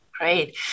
Great